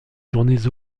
journées